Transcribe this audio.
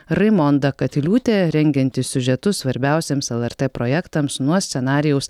raimonda katiliūtė rengianti siužetus svarbiausiems lrt projektams nuo scenarijaus